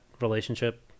relationship